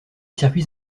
circuits